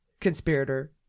conspirator